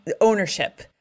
ownership